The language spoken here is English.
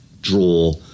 draw